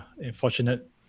unfortunate